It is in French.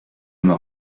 m’en